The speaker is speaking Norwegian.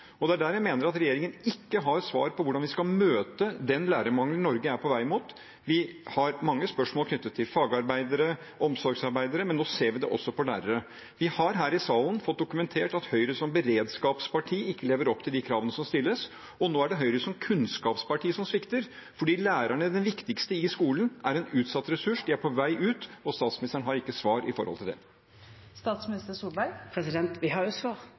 Der mener jeg at regjeringen ikke har svar på hvordan vi skal møte den lærermangelen Norge er på vei mot. Vi har mange spørsmål knyttet til fagarbeidere og omsorgsarbeidere, men nå ser vi det også for lærere. Vi har her i salen fått dokumentert at Høyre som beredskapsparti ikke lever opp til de kravene som stilles, og nå er det Høyre som kunnskapsparti som svikter, fordi lærerne, de viktigste i skolen, er en utsatt ressurs, de er på vei ut, og statsministeren har ikke svar på dette. Vi har jo svar. Vi har massevis av svar,